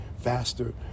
faster